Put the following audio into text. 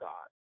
God